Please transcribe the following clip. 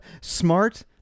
smart